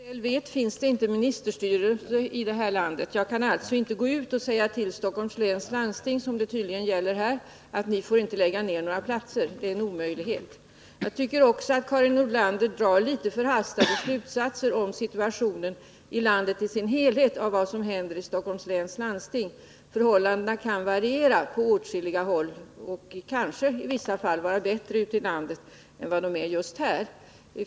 Herr talman! Som Karin Nordlander väl vet, förekommer inget ministerstyre i det här landet. Jag kan alltså inte gå till Stockholms läns landsting, som det tydligen gäller här, och säga: Ni får inte lägga ner några platser. Jag tycker också att Karin Nordlander drar litet förhastade slutsatser om situationen i landet som helhet av vad som händer i Stockholms län. Förhållandena kan variera, och det kan i vissa fall vara bättre ute i landet än vad det är just här.